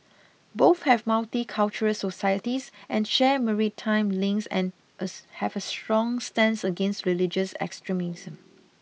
both have multicultural societies and share maritime links and as have a strong stance against religious extremism